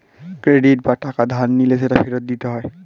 credit বা টাকা ধার নিলে সেটা ফেরত দিতে হয়